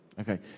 okay